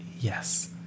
Yes